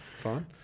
Fine